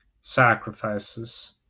sacrifices